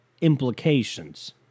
implications